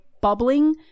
bubbling